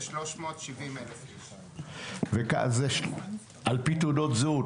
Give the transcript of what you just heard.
כ- 370,000. עפ"י תעודות זהות,